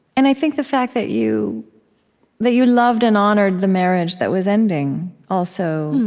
and i think the fact that you that you loved and honored the marriage that was ending, also,